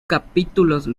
capítulos